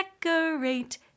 Decorate